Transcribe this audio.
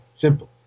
Simple